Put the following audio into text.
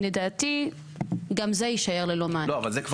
לדעתי גם זה יישאר ללא מענה.